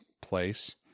place